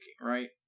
right